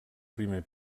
primer